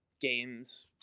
games